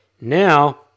Now